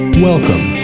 Welcome